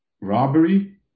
robbery